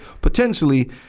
potentially